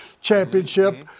championship